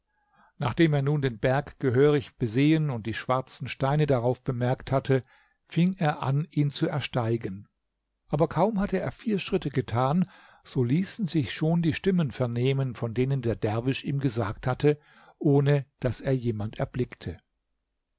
nachdem er nun den berg gehörig besehen und die schwarzen steine darauf bemerkt hatte fing er an ihn zu ersteigen aber kaum hatte er vier schritte getan so ließen sich schon die stimmen vernehmen von denen der derwisch ihm gesagt hatte ohne daß er jemand erblickte